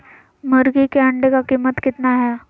मुर्गी के अंडे का कीमत कितना है?